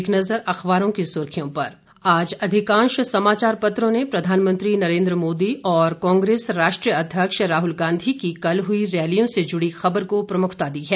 एक नजर अखबारों की सुर्खियों पर आज अधिकांश समाचार पत्रों ने प्रधानमंत्री नरेन्द्र मोदी और कांग्रेस राष्ट्रीय अध्यक्ष राहल गांधी की कल हुई रैलियों से जुड़ी खबर को प्रमुखता दी है